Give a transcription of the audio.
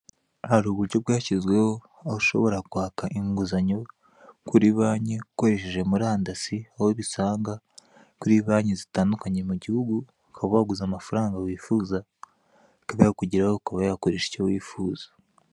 Hari uburyo bwashyizweho aho ushobora kwaka inguzanyo kuri banki ukoresheje murandasi aho ubusanga kuri banki zitandukanye mu gihugu ukaba waguza amafaranga wifuza akaba yakugeraho ukaba wayakoresha icyo wifuza.